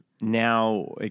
now